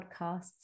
Podcasts